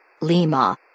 Lima